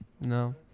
No